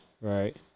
Right